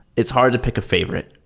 it's hard to pick a favorite,